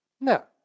No